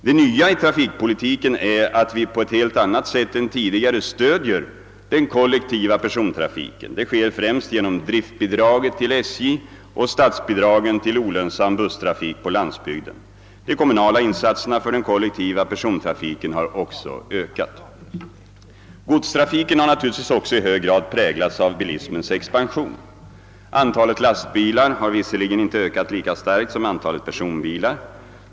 Det nya i trafikpolitiken är att vi på ett helt annat sätt än tidigare stödjer den kollektiva persontrafiken. Det sker främst genom driftbidraget till SJ och statsbidragen till olönsam busstrafik på landsbygden. De kommunala insatserna för den kollektiva persontrafiken har också ökat: Godstrafiken har naturligtvis också i hög grad präglats av bilismens expansion. Antalet lastbilar har visserligen inte ökat lika starkt som antalet personbilar.